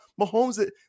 Mahomes